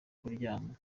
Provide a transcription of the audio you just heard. kuryama